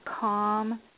calm